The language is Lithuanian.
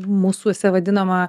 mūsuose vadinama